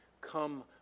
Come